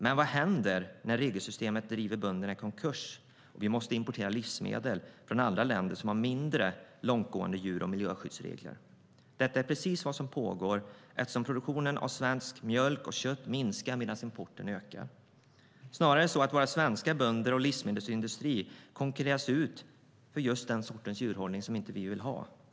Men vad händer när regelsystemet driver bönderna i konkurs och vi måste importera livsmedel från andra länder som har mindre långtgående djur och miljöskyddsregler? Det är nämligen precis vad som pågår. Produktionen av svensk mjölk och svenskt kött minskar medan importen ökar. Våra svenska bönder och vår livsmedelsindustri konkurreras ut till förmån för just den sortens djurhållning som vi inte vill ha i Sverige.